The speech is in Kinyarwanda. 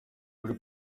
kuri